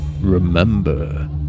Remember